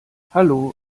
hallo